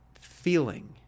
feeling